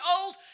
old